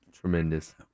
Tremendous